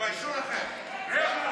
תתביישו לכם.